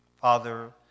Father